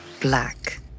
black